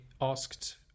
asked